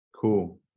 cool